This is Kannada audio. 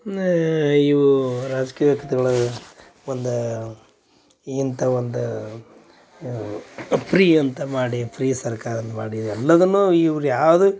ಆ ಇವು ರಾಜಕೀಯ ಕತೆಗಳು ಅದ ಒಂದ ಇಂಥಾ ಒಂದು ಅವು ಫ್ರೀ ಅಂತ ಮಾಡಿ ಫ್ರೀ ಸರ್ಕಾರನ ಮಾಡಿ ಎಲ್ಲದನ್ನೂ ಇವ್ರು ಯಾವುದು